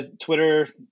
Twitter